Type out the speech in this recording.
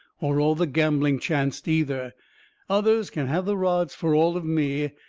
or all the gambling chancet either others can have the rods fur all of me.